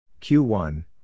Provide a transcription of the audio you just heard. Q1